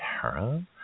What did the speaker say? Tara